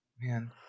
Man